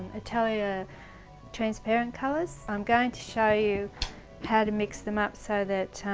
italia transparent colours. i'm going to show you how to mix them up so that,